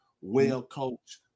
well-coached